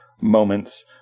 moments